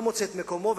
לא מוצא את מקומו.